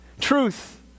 truth